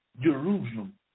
Jerusalem